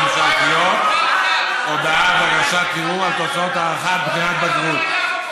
הממשלתיות או בעד הגשת ערעור על תוצאות הערכת בחינת בגרות,